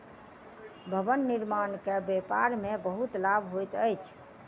भवन निर्माण के व्यापार में बहुत लाभ होइत अछि